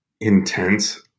intense